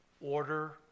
order